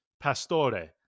Pastore